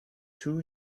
two